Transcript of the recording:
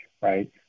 right